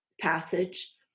passage